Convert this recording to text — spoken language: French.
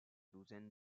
douzaine